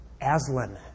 Aslan